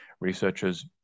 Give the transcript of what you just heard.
Researchers